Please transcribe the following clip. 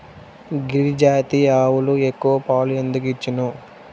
గిరిజాతి ఆవులు ఎక్కువ పాలు ఎందుకు ఇచ్చును?